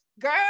girl